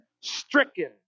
stricken